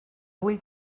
vull